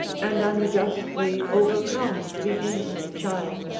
and unjustly overcome the innocent child?